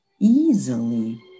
easily